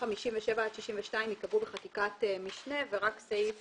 57 עד 62 ייקבעו בחקיקת משנה ורק סעיף